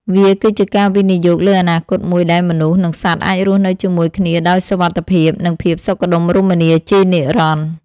វាគឺជាការវិនិយោគលើអនាគតមួយដែលមនុស្ស និងសត្វអាចរស់នៅជាមួយគ្នាដោយសុវត្ថិភាព និងភាពសុខដុមរមនាជានិរន្តរ៍។